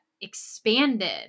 expanded